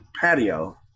patio